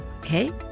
Okay